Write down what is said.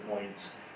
points